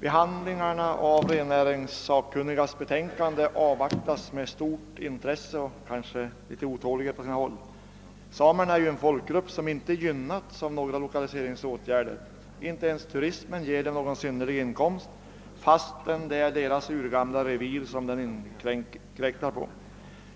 Behandlingen av rennäringssakkunnigas betänkande avvaktas med stort intresse, på sina håll kanske med otålighet. Samerna är ju en folkgrupp som inte har gynnats av några lokaliseringsåtgärder. Inte ens turismen ger dem någon synnerlig inkomst, fastän det är deras urgamla revir som den inkräktar på.